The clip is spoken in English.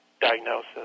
diagnosis